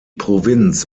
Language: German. provinz